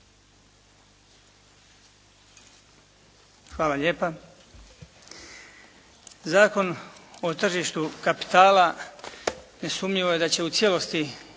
Hvala lijepa. Zakon o tržištu kapitala nesumnjivo je da će u cijelosti